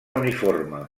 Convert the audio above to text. uniforme